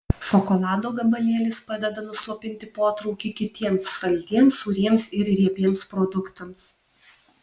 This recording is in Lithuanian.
šokolado gabalėlis padeda nuslopinti potraukį kitiems saldiems sūriems ir riebiems produktams